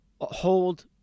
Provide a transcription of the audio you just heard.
hold